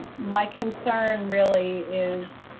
my concern really is